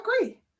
agree